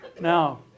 now